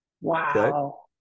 Wow